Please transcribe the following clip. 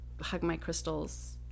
hug-my-crystals